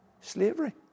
slavery